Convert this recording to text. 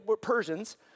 Persians